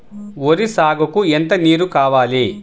వరి సాగుకు ఎంత నీరు కావాలి?